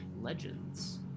legends